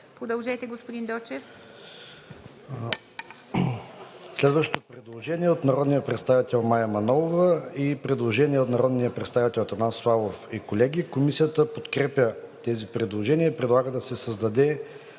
ДОКЛАДЧИК ХРИСТО ДОЧЕВ: Следващото предложение е от народния представител Мая Манолова и предложение от народния представител Атанас Славов и колеги. Комисията подкрепя тези предложения и предлага да се създаде